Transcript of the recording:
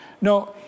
No